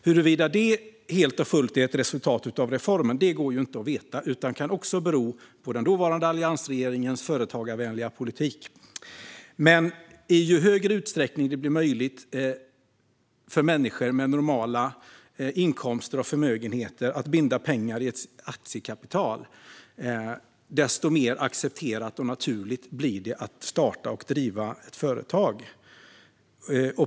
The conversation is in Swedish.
Huruvida det helt och fullt är ett resultat av reformen går inte att veta, utan det kan också bero på den dåvarande alliansregeringens företagarvänliga politik. Men i ju större utsträckning det blir möjligt för människor med normala inkomster och förmögenheter att binda pengar i ett aktiekapital, desto mer accepterat och naturligt blir det att starta och driva ett företag.